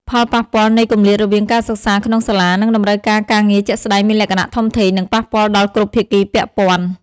ផលប៉ះពាល់នៃគម្លាតរវាងការសិក្សាក្នុងសាលា និងតម្រូវការការងារជាក់ស្តែងមានលក្ខណៈធំធេង និងប៉ះពាល់ដល់គ្រប់ភាគីពាក់ព័ន្ធ។